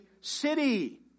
city